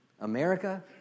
America